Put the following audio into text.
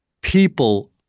people